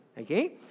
Okay